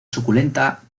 suculenta